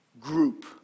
group